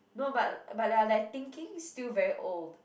no but but their like thinking still very old